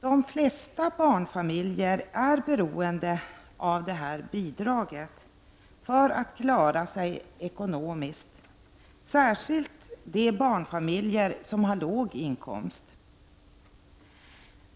De flesta barnfamiljer är beroende av det här bidraget för att klara sig ekonomiskt. Detta gäller särskilt de barnfamiljer som har låg inkomst.